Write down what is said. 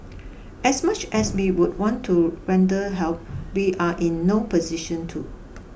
as much as we would want to render help we are in no position to